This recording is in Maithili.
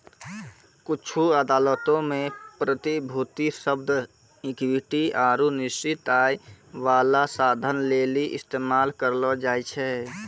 कुछु अदालतो मे प्रतिभूति शब्द इक्विटी आरु निश्चित आय बाला साधन लेली इस्तेमाल करलो जाय छै